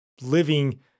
living